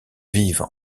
vives